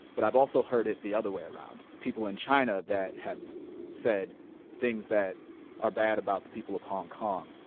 but i've also heard it the other way around. people in china that have said things that are bad about the people of hong kong.